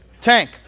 tank